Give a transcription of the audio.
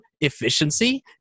efficiency